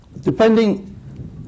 Depending